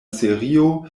serio